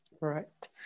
Right